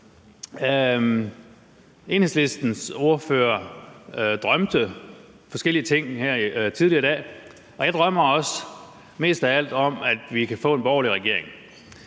Enhedslistens ordfører drømte forskellige ting tidligere i dag, og jeg drømmer også – mest af alt om, at vi kan få en borgerlig regering.